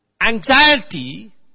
Anxiety